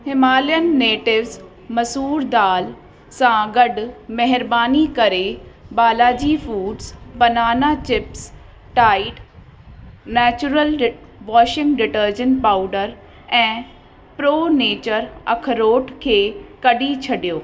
Himalayan natives मसूर दाल सां गॾु महिरबानी करे Balaji foods banana chips Tide natural डि वाशिंग डिटर्जेंट पाउडर ऐं प्रो नेचर अखरोट खे कढी छॾियो